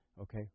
Okay